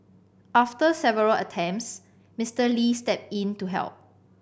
after several attempts Mister Lee stepped in to help